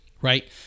right